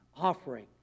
offering